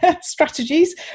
strategies